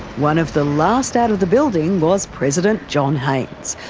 one of the last out of the building was president john haines.